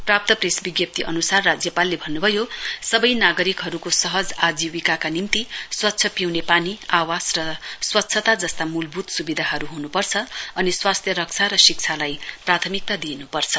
प्राप्त प्रेस विज्ञप्ती अनुसार राज्यपालले भन्नुभयो सबै नागरिकहरूका सहज आजीविकाका निम्ति स्वच्छ पिउने पानी आवास र स्वच्छता जस्ता मूलभूत सुविधाहरू हुनुपर्ने अनि स्वास्थ्य रक्षा र शिक्षालाई प्राथमिकता दिइनुपर्छ